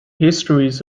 histories